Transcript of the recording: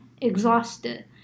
exhausted